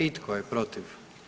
I tko je protiv?